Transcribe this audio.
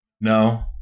No